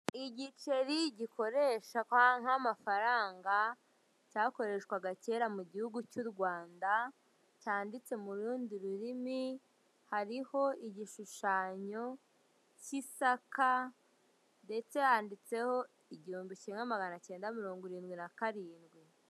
Igiceri gikoreshwa nk'amafaranga cyakoreshwaga kera mugihugu cy'urwanda cyanditse murundi rurimi hariho igishushanyo cy'isaka ndetse handitseho igihumbi kimwe magana Kenda miringo irindwi na karindwi.